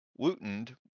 Wootend